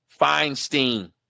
Feinstein